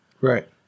right